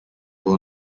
will